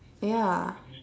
ya